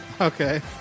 Okay